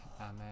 Amen